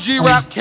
G-Rap